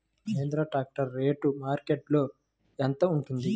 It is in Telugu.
మహేంద్ర ట్రాక్టర్ రేటు మార్కెట్లో యెంత ఉంటుంది?